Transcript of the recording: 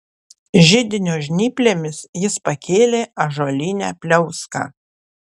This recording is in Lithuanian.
židinio žnyplėmis jis pakėlė ąžuolinę pliauską